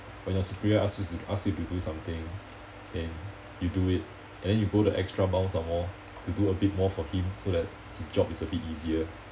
when your superior ask you ask you to do something and you do it and then you go the extra mile some more to do a bit more for him so that his job is a bit easier